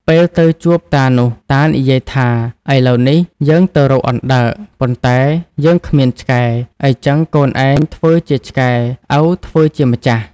ពេលទៅជួបតានោះ តានិយាយថា "ឥឡូវនេះយើងទៅរកអណ្ដើក ប៉ុន្តែយើងគ្មានឆ្កែ អ៊ីចឹងកូនឯងធ្វើជាឆ្កែឪធ្វើជាម្ចាស់"។